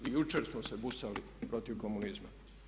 I jučer smo se busali protiv komunizma.